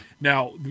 Now